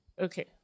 Okay